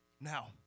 Now